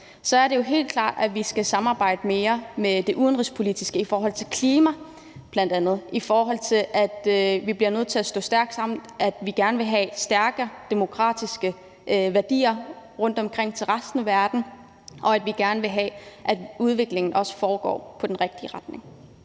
er det jo helt klart, at vi skal samarbejde mere om det udenrigspolitiske i forhold til bl.a. klimaet og, i forhold til at vi bliver nødt til at stå stærkt sammen, at vi gerne vil have stærkere demokratiske værdier rundtomkring i resten af verden, og at vi gerne vil have, at udviklingen også går i den rigtige retning.